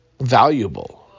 valuable